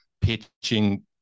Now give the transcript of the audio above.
pitching